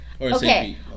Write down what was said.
Okay